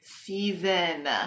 season